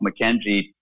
McKenzie